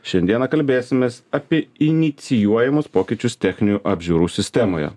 šiandieną kalbėsimės apie inicijuojamus pokyčius techninių apžiūrų sistemoje